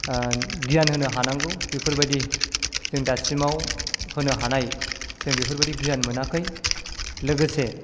गियान होनो हानांगौ बेफोरबायदि जों दासिमाव होनो हानाय जों बेफोरबायदि गियान मोनाखै लोगोसे